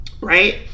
Right